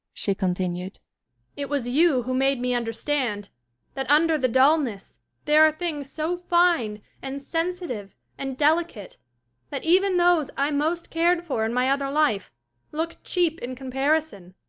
she continued it was you who made me understand that under the dullness there are things so fine and sensitive and delicate that even those i most cared for in my other life look cheap in comparison.